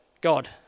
God